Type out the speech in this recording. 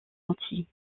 antilles